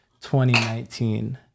2019